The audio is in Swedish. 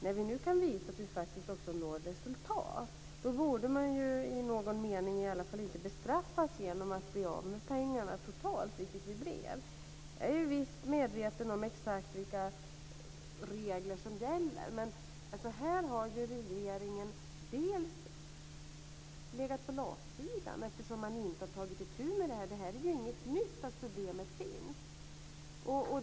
När vi nu kan visa att vi faktiskt också når resultat borde man i någon mening i alla fall inte bestraffas genom att bli av med pengarna totalt, vilket vi blev. Jag är visst exakt medveten om vilka regler som gäller. Här har regeringen legat på latsidan, eftersom man inte tagit itu med det här. Det är inget nytt problem.